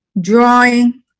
drawing